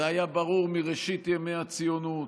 זה היה ברור מראשית ימי הציונות.